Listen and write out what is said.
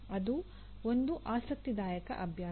ಅದೂ ಒಂದು ಆಸಕ್ತಿದಾಯಕ ಅಭ್ಯಾಸ